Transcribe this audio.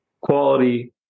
quality